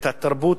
את התרבות,